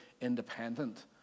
independent